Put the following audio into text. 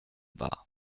wahr